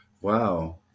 Wow